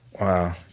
Wow